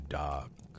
dark